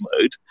mode